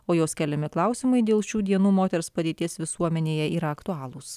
o jos keliami klausimai dėl šių dienų moters padėties visuomenėje yra aktualūs